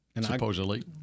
Supposedly